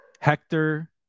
Hector